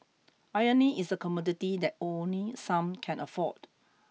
irony is a commodity that only some can afford